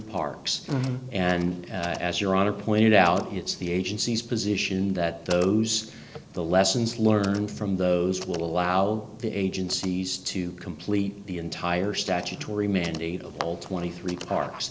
parks and as your honor pointed out it's the agency's position that those the lessons learned from those would allow the agencies to complete the entire statutory mandate of all twenty three parks